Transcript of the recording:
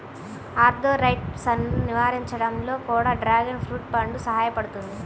ఆర్థరైటిసన్ను నివారించడంలో కూడా డ్రాగన్ ఫ్రూట్ పండు సహాయపడుతుంది